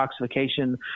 detoxification